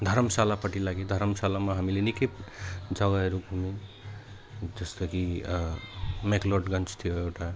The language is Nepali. धर्मशालापट्टि लागि धर्माशालामा हामीले निकै जगाहरू घुम्यौँ जस्तो कि मेकलडगन्ज थियो एउटा